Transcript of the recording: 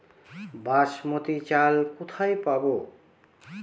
বাসমতী চাল কোথায় পাবো?